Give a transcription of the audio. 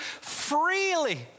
freely